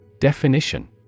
Definition